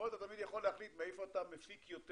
פה אתה תמיד יכול להחליט מאיפה אתה מפיק יותר.